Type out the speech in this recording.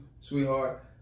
sweetheart